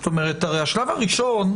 הרי בשלב הראשון,